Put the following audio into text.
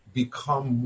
become